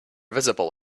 visible